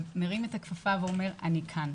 מרים את הכפפה ואומר: אני כאן.